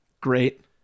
Great